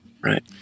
right